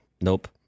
nope